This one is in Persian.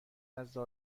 نزد